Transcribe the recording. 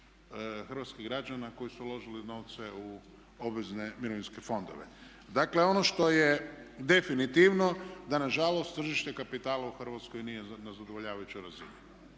hrvatskih građana koji su uložili novce u obvezne mirovinske fondove. Dakle, ono što je definitivno da nažalost tržište kapitala u Hrvatskoj nije na zadovoljavajućoj razini.